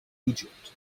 egypt